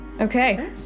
okay